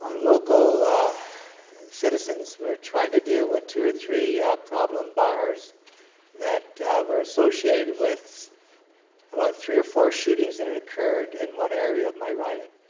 ah local citizens we're trying to deal with two or three problem bars that were associated with about three or four shootings that occurred in one area of my riding